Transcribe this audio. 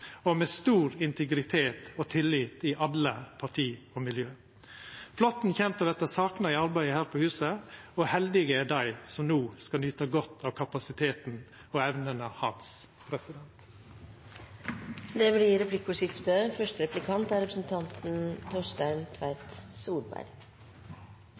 og med stor integritet og tillit i alle parti og miljø. Flåtten kjem til å verta sakna i arbeidet her på huset, og heldige er dei som no får nyte godt av kapasiteten og evnene hans. Marit Nybakk hadde her overtatt presidentplassen. Det blir replikkordskifte.